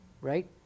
Right